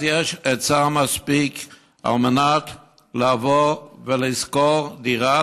אז יש היצע מספיק לבוא ולשכור דירה,